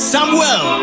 Samuel